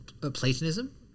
platonism